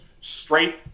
straight